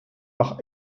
par